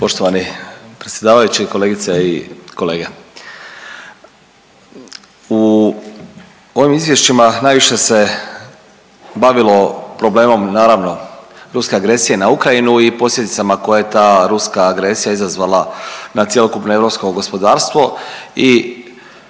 Poštovani predsjedavajući, kolegice i kolege. U ovim izvješćima najviše se bavimo problemom, naravno, ruske agresije na Ukrajinu i posljedicama koje je ta ruska agresija izazvala na cjelokupno europsko gospodarstvo